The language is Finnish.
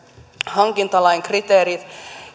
hankintalain kriteerit